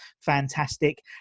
fantastic